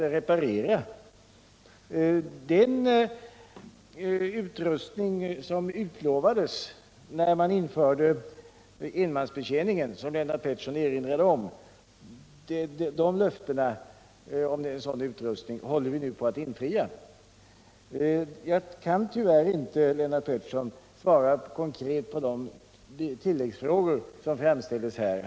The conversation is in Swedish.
Löftena om den utrustning som utlovades när enmansbetjäningen infördes på tågen och som Lennart Pettersson erinrade om håller vi nu på att infria. Tyvärr kan jag inte svara konkret på de tilläggsfrågor som framställdes här.